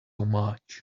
much